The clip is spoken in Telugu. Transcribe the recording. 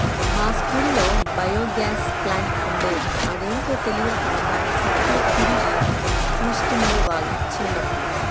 మా స్కూల్లో బయోగ్యాస్ ప్లాంట్ ఉండేది, అదేంటో తెలియక దాని చుట్టూ తిరిగి చూస్తుండే వాళ్ళం చిన్నప్పుడు